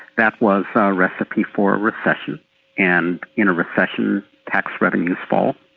that was ah a recipe for recession and in a recession, tax revenue falls,